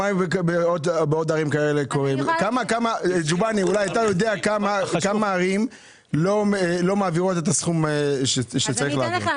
אתה יודע כמה ערים לא מעבירות את הסכום שצריך להעביר?